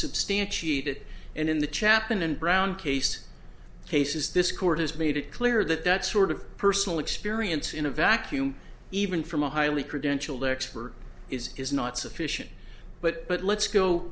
substantiate it and in the chapman and brown case cases this court has made it clear that that sort of personal experience in a vacuum even from a highly credentialed expert is is not sufficient but but let's go